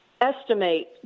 estimate